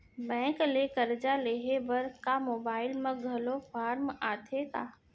Bank ले करजा लेहे बर का मोबाइल म घलो फार्म आथे का?